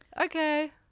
Okay